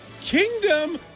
Kingdom